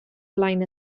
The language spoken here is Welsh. flaen